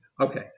Okay